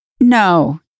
No